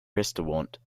restaurant